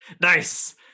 Nice